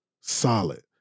solid